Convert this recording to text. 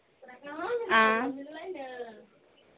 आँय